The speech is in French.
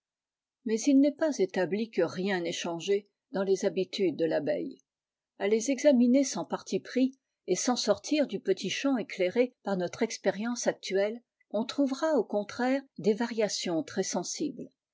mais il n'est pas établi que rien n'ait changé dans les habitudes de tabeille a les examiner sans parti pris et sans sortir du petit champ éclairé par notre expérience actuelle on trouvera au contraire des variations très sensibles